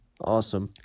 Awesome